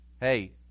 Hey